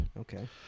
Okay